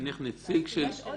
נניח נציג של